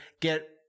get